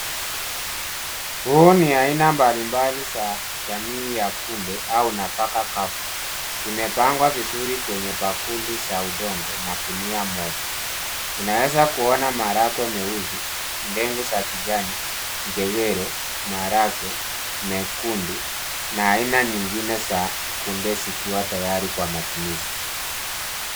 Hii ni aina mbali mbali za jamii ya kunde au nafaka kavu, zimepangwa vizuri kwenye bakuli za udongo na gunia moja. Unaweza kuona maharagwe meusi, ndeng'u za kijani, njegere, maharagwe mekundu na aina nyingine za kunde zikiwa tayari kwa matumizi.